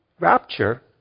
Rapture